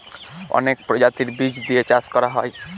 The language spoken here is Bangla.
অনেক প্রজাতির বীজ দিয়ে চাষ করা হয়